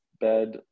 bed